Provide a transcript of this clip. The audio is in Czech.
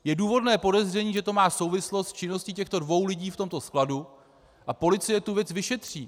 Je důvodné podezření, že to má souvislost s činností těchto dvou lidí v tomto skladu, a policie tu věc vyšetří.